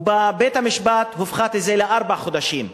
ובבית-המשפט זה הופחת לארבעה חודשים.